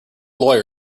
lawyer